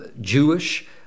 Jewish